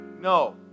no